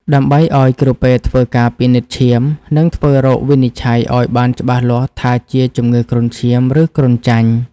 ដើម្បីឱ្យគ្រូពេទ្យធ្វើការពិនិត្យឈាម និងធ្វើរោគវិនិច្ឆ័យឱ្យបានច្បាស់លាស់ថាជាជំងឺគ្រុនឈាម ឬគ្រុនចាញ់។